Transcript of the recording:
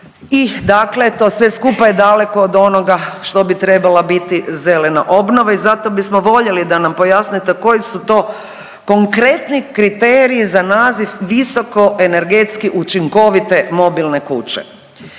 I dakle, to sve skupa je daleko od onoga što bi trebala biti zelena obnova i zato bismo voljeli da nam pojasnite koji su to konkretni kriteriji za naziv visoko energetski učinkovite mobilne kuće.